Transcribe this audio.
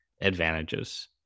advantages